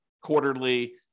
quarterly